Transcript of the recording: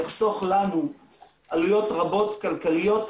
יחסוך לנו עלויות רבות כלכליות,